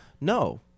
No